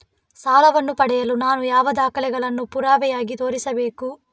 ಸಾಲವನ್ನು ಪಡೆಯಲು ನಾನು ಯಾವ ದಾಖಲೆಗಳನ್ನು ಪುರಾವೆಯಾಗಿ ತೋರಿಸಬೇಕು?